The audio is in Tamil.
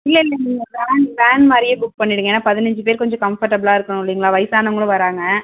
இல்லை இல்லை எங்களுக்கு ஃபேன் வேன் மாதிரியே புக் பண்ணிவிடுங்க ஏன்னா பதினஞ்சு பேர் கொஞ்ச கம்ஃபர்டபுளாக இருக்கனும் இல்லைங்களா வயிசானவங்களும் வராங்க